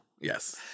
Yes